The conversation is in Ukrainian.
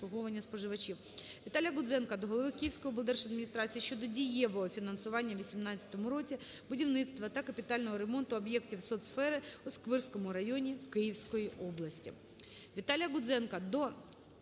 ВіталіяГудзенка до голови Київської облдержадміністрації щодо дієвого фінансування у 18-му році будівництва та капітального ремонту об'єктів соцсфери у Сквирському районі Київському області.